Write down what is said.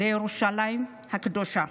לירושלים הקדושה.